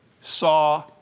saw